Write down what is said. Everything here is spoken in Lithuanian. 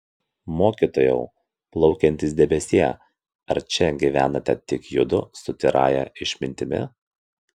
mokytojau plaukiantis debesie ar čia gyvenate tik judu su tyrąja išmintimi